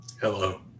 Hello